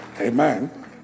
amen